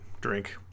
drink